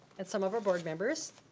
that some of our board members